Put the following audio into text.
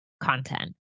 content